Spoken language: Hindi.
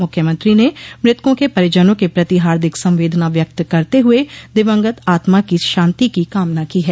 मुख्यमंत्री ने मृतकों के परिजनों के प्रति हार्दिक संवेदना व्यक्त करते हुए दिवंगत आत्मा की शांति की कामना की है